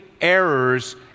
errors